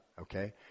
Okay